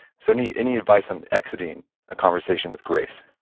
so, any any advice on exiting a conversation with grace?